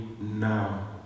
now